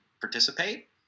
participate